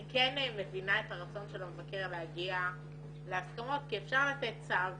אני כן מבינה את הרצון של המבקר להגיע להסכמות כי אפשר לתת צו